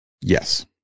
Yes